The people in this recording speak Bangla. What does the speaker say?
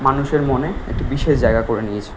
মানুষের মনে একটি বিশেষ জায়গা করে নিয়েছে